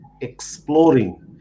exploring